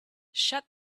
shut